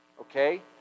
Okay